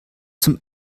zum